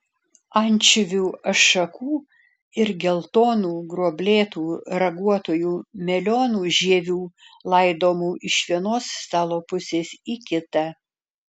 ančiuvių ašakų ir geltonų gruoblėtų raguotųjų melionų žievių laidomų iš vienos stalo pusės į kitą